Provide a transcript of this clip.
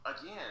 again